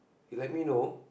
let me know